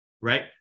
right